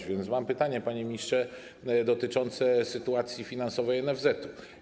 A więc mam pytanie, panie ministrze, dotyczące sytuacji finansowej NFZ.